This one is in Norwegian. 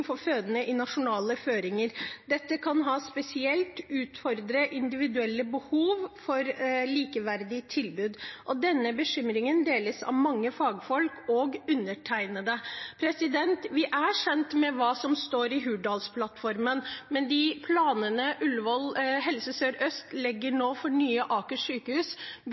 for fødende i nasjonale føringer. Dette kan spesielt utfordre individuelle behov og ut i fra dette likeverdige tilbud. Denne bekymringen deles av mange fagfolk» – og av undertegnede. Vi er kjent med hva som står i Hurdalsplattformen, men de planene Helse Sør-Øst nå legger for Nye Aker sykehus,